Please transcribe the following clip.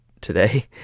today